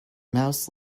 mouse